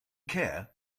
care